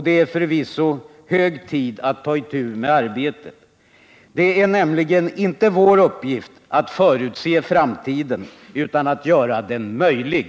Det är förvisso hög tid att ta itu med arbetet. Det är nämligen inte vår uppgift att förutse framtiden utan att göra den möjlig.